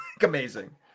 amazing